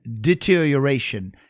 deterioration